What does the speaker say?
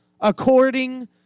according